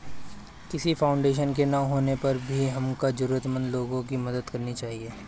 किसी फाउंडेशन के ना होने पर भी हमको जरूरतमंद लोगो की मदद करनी चाहिए